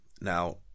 now